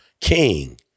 King